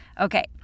Okay